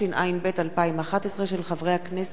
של חבר הכנסת אריה אלדד,